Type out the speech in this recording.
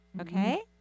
Okay